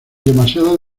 demasiadas